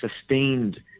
sustained